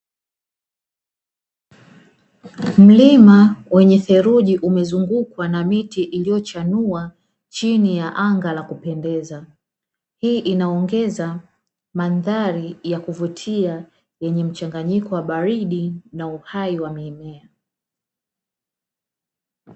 Mlima wenye theruji umezungukwa na miti iliyochanua chini ya anga la kupendeza, hii inaongeza mandhari ya kuvutia lenye mchanganyiko wa baridi na uhai wa mimea.